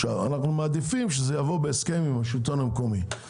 אנו מעדיפים שזה יבוא בהסכם עם השלטון המקומי.